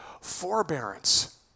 forbearance